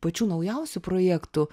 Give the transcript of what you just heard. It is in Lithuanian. pačių naujausių projektų